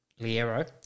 Liero